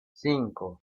cinco